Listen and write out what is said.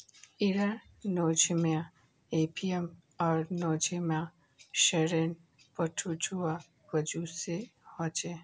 इरा Nosema apis आर Nosema ceranae protozoa वजह से होछे